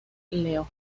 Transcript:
leo